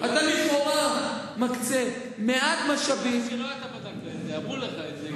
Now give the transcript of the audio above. אתה מקצה מעט משאבים, כיוון שלא,